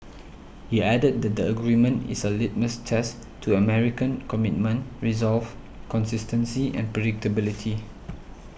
he added that the agreement is a litmus test to American commitment resolve consistency and predictability